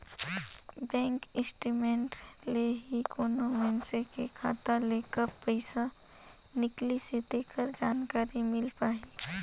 bank statement ले ही कोनो मइनसे के खाता ले कब पइसा निकलिसे तेखर जानकारी मिल पाही